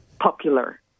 popular